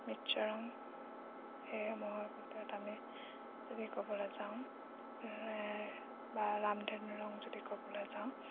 মিত্ৰ ৰং সেইসমূহৰ ভিতৰত আমি যদি ক'বলৈ যাওঁ বা ৰামধেনু ৰং যদি ক'বলৈ যাওঁ